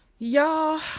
Y'all